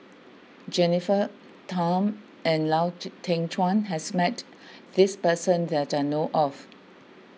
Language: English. Jennifer Tham and Lau Teng Chuan has met this person that I know of